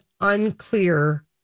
unclear